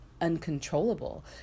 uncontrollable